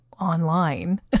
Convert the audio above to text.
online